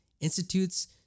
institutes